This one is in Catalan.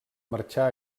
marxar